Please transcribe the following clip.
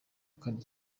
kane